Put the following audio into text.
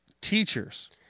teachers